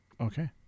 Okay